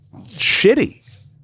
shitty